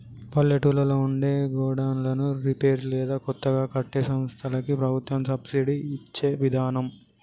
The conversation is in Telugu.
పల్లెటూళ్లలో ఉండే గోడన్లను రిపేర్ లేదా కొత్తగా కట్టే సంస్థలకి ప్రభుత్వం సబ్సిడి ఇచ్చే విదానం